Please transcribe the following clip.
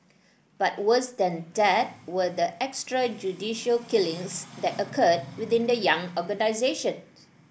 but worse than that were the extrajudicial killings that occurred within the young organisation